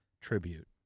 tribute